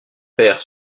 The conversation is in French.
paires